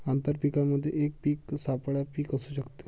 आंतर पीकामध्ये एक पीक सापळा पीक असू शकते